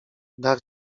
dar